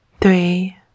Three